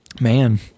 Man